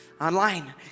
Online